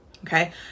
Okay